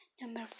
number